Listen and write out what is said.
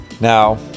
Now